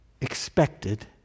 expected